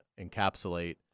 encapsulate